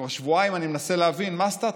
כבר שבועיים אני מנסה להבין מה הסטטוס,